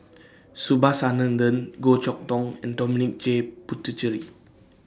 Subhas Anandan Goh Chok Tong and Dominic J Puthucheary